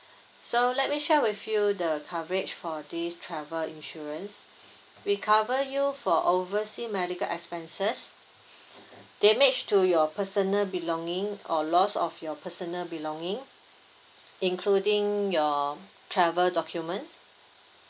so let me share with you the coverage for this travel insurance we cover you for oversea medical expenses damage to your personal belongings or loss of your personal belongings including your travel documents